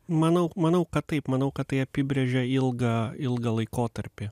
manau manau kad taip manau kad tai apibrėžia ilgą ilgą laikotarpį